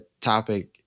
topic